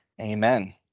amen